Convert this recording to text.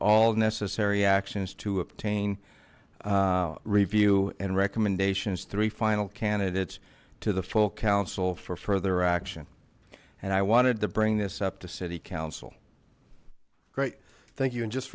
all necessary actions to obtain review and recommendations three final candidates to the full council for further action and i wanted to bring this up to city council great thank you and just